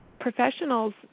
professional's